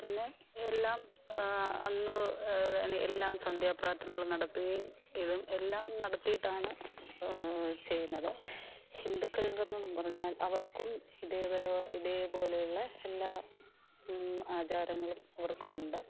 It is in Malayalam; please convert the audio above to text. പിന്നെ എല്ലാം അന്ന് എല്ലാം സന്ധ്യാപ്രാർത്ഥനകള് നടത്തുകയും ഇതും എല്ലാം നടത്തിയിട്ടാണ് ചെയ്യുന്നത് ഹിന്ദുക്കൾക്കെന്നു പറഞ്ഞാൽ അവർക്കും ഇതേപര ഇതേപോലുള്ള എല്ലാ ആചാരങ്ങളും അവർക്കൂണ്ട്